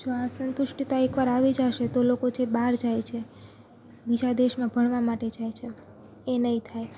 જો આ સંતુષ્ટતા એકવાર આવી જાશે તો લોકો જે બાર જાય છે બીજા દેશમાં ભણવા માટે જાય છે એ નહીં થાય